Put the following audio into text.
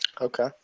Okay